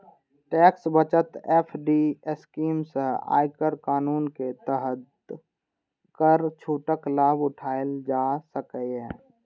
tax बचत FD scheme सं आयकर कानून के तहत कर छूटक लाभ उठाएल जा सकैए